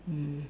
mm